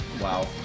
Wow